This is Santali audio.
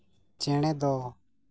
ᱪᱮᱬᱮ ᱫᱚ